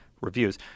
reviews